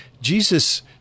Jesus